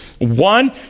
One